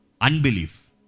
Unbelief